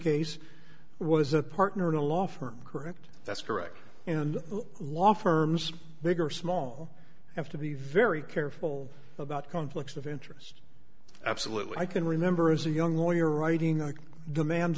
case was a partner in a law firm correct that's correct and law firms big or small have to be very careful about conflicts of interest absolutely i can remember as a young lawyer writing the man